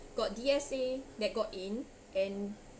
got D_S_A that got in and